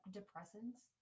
depressants